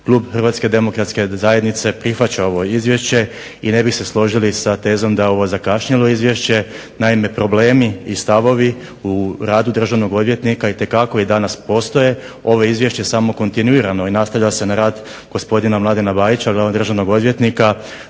Klub HDZ-a prihvaća ovo izvješće i ne bi se složili sa tezom da je ovo zakašnjelo izvješće. Naime, problemi i stavovi u radu državnog odvjetnika itekako i danas postoje. Ovo izvješće samo je kontinuirano i nastavlja se na rad gospodina Mladena Bajića glavnog državnog odvjetnika